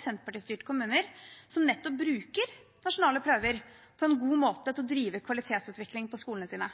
senterpartistyrte kommuner som bruker nasjonale prøver på en god måte til å drive kvalitetsutvikling på skolene sine.